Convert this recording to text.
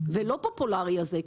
ולא פופולרי הזה,